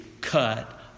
cut